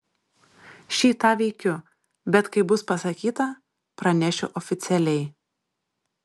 šį tą veikiu bet kai bus pasakyta pranešiu oficialiai